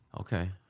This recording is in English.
okay